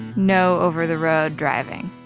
no over the road driving?